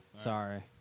Sorry